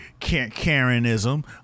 Karenism